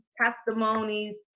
testimonies